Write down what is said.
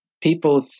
People